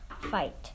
fight